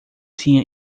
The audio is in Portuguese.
tinha